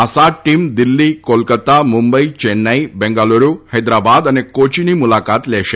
આ સાત ટીમ દિલ્ફી કોલકાતા મુંબઇ ચેન્નાઇ બેગાલુરુ હૈદરાબાદ અને કોચીની મુલાકાત લેશે